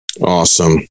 Awesome